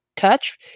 touch